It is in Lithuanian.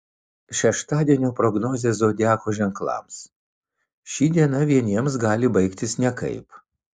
šeštadienio prognozė zodiako ženklams ši diena vieniems gali baigtis nekaip